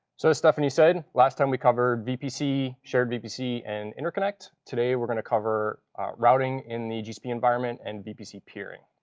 so as stephanie said, last time we covered vpc, shared vpc, and interconnect. today, we're going to cover routing in the gcp environment and vpc peering.